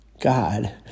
God